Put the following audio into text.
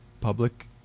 public